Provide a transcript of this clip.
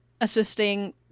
assisting